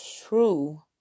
true